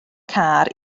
car